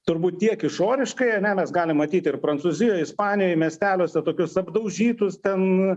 turbūt tiek išoriškai ane mes galim matyt ir prancūzijoj ispanijoj miesteliuose tokius apdaužytus ten